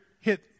hit